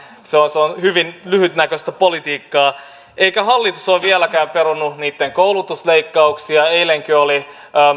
se on hyvin lyhytnäköistä politiikkaa eikä hallitus ole vieläkään perunut koulutusleikkauksia eilenkin oli